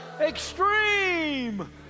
extreme